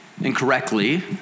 incorrectly